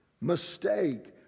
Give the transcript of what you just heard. mistake